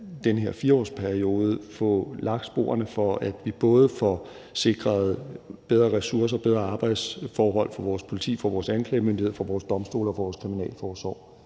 den her 4-årsperiode kan få lagt sporene for, at vi får sikret bedre ressourcer og bedre arbejdsforhold for både vores politi, vores anklagemyndighed, vores domstole og vores kriminalforsorg.